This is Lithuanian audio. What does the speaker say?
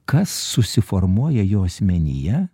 kas susiformuoja jo asmenyje